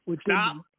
Stop